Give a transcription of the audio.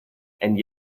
and